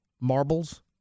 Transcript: marbles